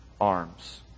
arms